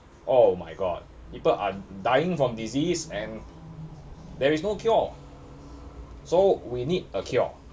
oh my god people are dying from disease and there is no cure so we need a cure